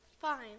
fine